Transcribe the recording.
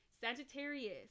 Sagittarius